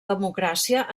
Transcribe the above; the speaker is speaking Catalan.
democràcia